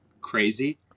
crazy